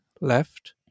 left